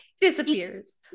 disappears